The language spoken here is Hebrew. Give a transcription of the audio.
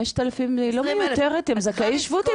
5,000 היא לא מיותרת הם זכאי חוק השבות --- 20,000,